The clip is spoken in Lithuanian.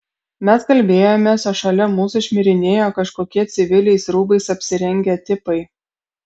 mes kalbėjomės o šalia mūsų šmirinėjo kažkokie civiliais rūbais apsirengę tipai